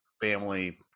Family